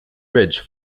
ridge